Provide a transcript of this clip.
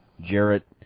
Jarrett